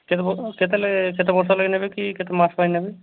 କେତେ କେତେ ବର୍ଷ ଲାଗି ନେବି କି କେତେ ମାସ ପାଇଁ ନେବେ